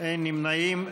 אין נמנעים.